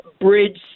bridge